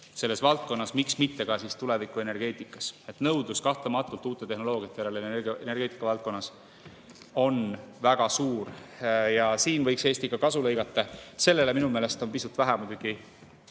selles valdkonnas, miks mitte ka tulevikuenergeetikas. Nõudlus kahtlematult uute tehnoloogiate järele energeetikavaldkonnas on väga suur ja siin võiks Eesti ka kasu lõigata. Sellele minu meelest on pisut vähe